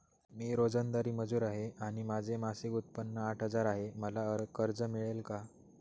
मी रोजंदारी मजूर आहे आणि माझे मासिक उत्त्पन्न आठ हजार आहे, मला कर्ज मिळेल का?